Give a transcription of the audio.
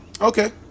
Okay